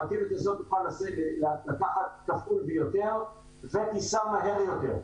הרכבת הזאת יכולה לקחת כפול ויותר ותיסע מהר יותר.